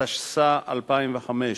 התשס"ה 2005,